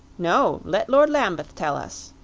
no let lord lambeth tell us,